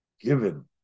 given